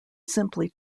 simply